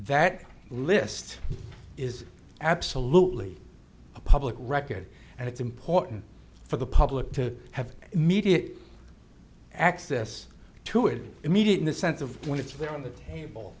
that list is absolutely a public record and it's important for the public to have immediate access to it immediately the sense of when it's there on the table